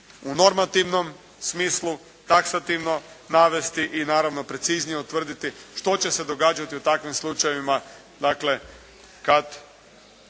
u normativnom smislu, taksativno navesti, i naravno preciznije utvrditi što će se događati u takvim slučajevima kada